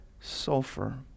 sulfur